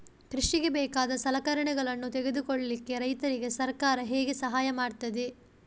ಕೃಷಿಗೆ ಬೇಕಾದ ಸಲಕರಣೆಗಳನ್ನು ತೆಗೆದುಕೊಳ್ಳಿಕೆ ರೈತರಿಗೆ ಸರ್ಕಾರ ಹೇಗೆ ಸಹಾಯ ಮಾಡ್ತದೆ?